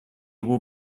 will